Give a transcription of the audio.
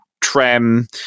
trem